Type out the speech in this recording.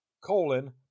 colon